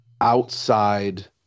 outside